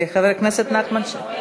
חבר הכנסת נחמן שי.